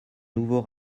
nouveau